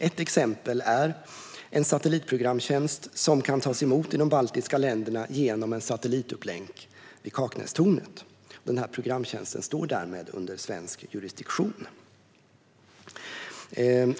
Ett exempel är en satellitprogramtjänst som kan tas emot i de baltiska länderna genom en satellitupplänk vid Kaknästornet. Den programtjänsten står därmed under svensk jurisdiktion.